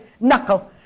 knuckle